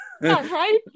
Right